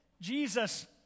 Jesus